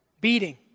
beating